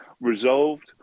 resolved